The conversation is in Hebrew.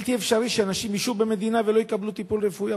בלתי אפשרי שאנשים ישהו במדינה ולא יקבלו טיפול רפואי,